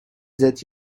that